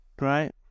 right